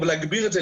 אבל להגביר את זה,